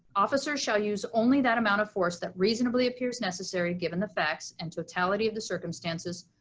officers shall use only that amount of force that reasonably appears necessary given the facts and totality of the circumstances,